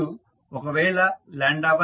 ఇప్పుడు ఒకవేళ 12